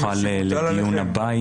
אנחנו נוכל לדיון הבא,